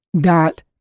dot